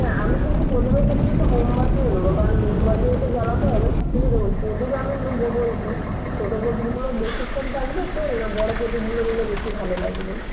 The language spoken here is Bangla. হ্যাঁ আমি কিন্তু প্রদীপের সাথে সাথে মোমবাতিও নেব কারণ মোমবাতিও তো জ্বালাতে হবে কিন্তু দেখুন প্রদীপ আমি নেব বলছি ছোট প্রদীপগুলো বেশিক্ষণ থাকবে তেল না বড় প্রদীপগুলো নিলে বেশি ভালো লাগবে